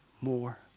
more